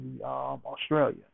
Australia